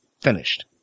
finished